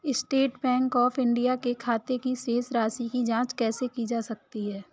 State Bank of India के खाते की शेष राशि की जॉंच कैसे की जा सकती है?